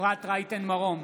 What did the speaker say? אפרת רייטן מרום,